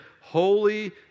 holy